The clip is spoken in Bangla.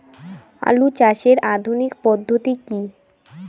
আলু চাষের আধুনিক পদ্ধতি কি?